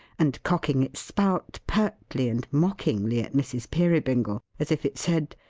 and cocking its spout pertly and mockingly at mrs. peerybingle, as if it said,